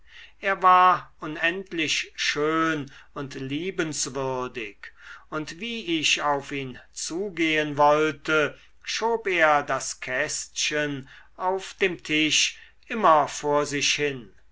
er war unendlich schön und liebenswürdig und wie ich auf ihn zugehen wollte schob er das kästchen auf dem tisch immer vor sich hin